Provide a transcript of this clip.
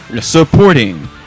Supporting